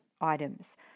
items